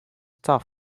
tough